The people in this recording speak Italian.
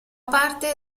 parte